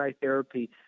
therapy